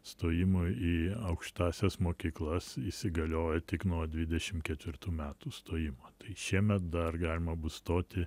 stojimui į aukštąsias mokyklas įsigalioja tik nuo dvidešim ketvirtų metų stojimo tai šiemet dar galima bus stoti